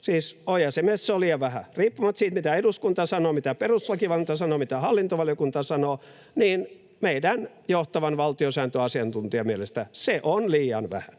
Siis Ojasen mielestä se on liian vähän. Riippumatta siitä, mitä eduskunta sanoo, mitä perustuslakivaliokunta sanoo, mitä hallintovaliokunta sanoo, niin meidän johtavan valtiosääntöasiantuntijan mielestä se on liian vähän.